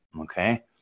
okay